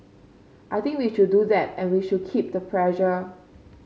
I think we should do that and we should keep the pressure